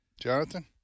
Jonathan